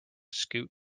scoot